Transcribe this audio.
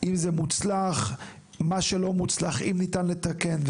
זה מוצלח; האם ניתן לתקן את מה שלא מוצלח,